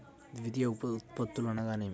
ద్వితీయ ఉత్పత్తులు అనగా నేమి?